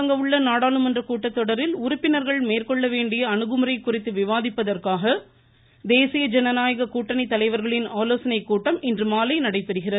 தொடங்கவுள்ள நாடாளுமன்ற கூட்டத்தொடரில் உறுப்பினர்கள் நாளை மேற்கொள்ள வேண்டிய அணுகுமுறை குறித்து விவாதிப்பதற்காக தேசிய ஜனநாயக கூட்டணி தலைவர்களின் ஆலோசனைக் கூட்டம் இன்றுமாலை நடைபெறுகிறது